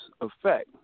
effect